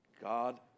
God